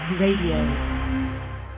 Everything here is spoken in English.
Radio